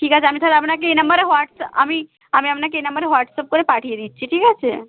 ঠিক আছে আমি তাহলে এই নাম্বারে আপনাকে হোয়াটস আমি আমি আপনাকে এই নাম্বারে হোয়াটসঅ্যাপ করে পাঠিয়ে দিচ্ছি ঠিক আছে